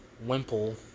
Wimple